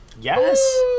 Yes